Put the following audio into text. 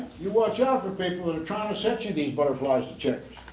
you watch out for people that are trying to set you these butterflies to chase.